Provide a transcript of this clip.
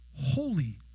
holy